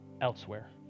elsewhere